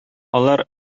алар